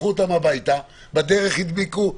לקחו אותם הביתה ובדרך הם הדביקו,